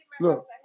Look